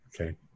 Okay